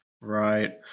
Right